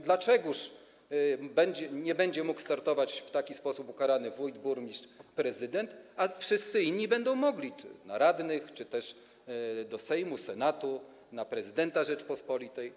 Dlaczegóż nie będzie mógł startować w taki sposób ukarany wójt, burmistrz, prezydent, a wszyscy inni będą mogli - na radnych czy też do Sejmu, Senatu, na prezydenta Rzeczypospolitej?